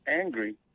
angry